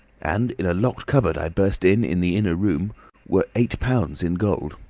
and in a locked cupboard i burst in in the inner room were eight pounds in gold.